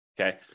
Okay